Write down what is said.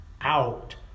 out